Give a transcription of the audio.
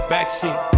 Backseat